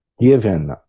given